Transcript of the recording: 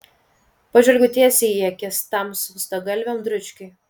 pažvelgiau tiesiai į akis tam skustagalviam dručkiui